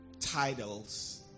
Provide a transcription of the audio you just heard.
titles